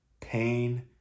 pain